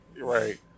Right